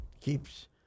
keeps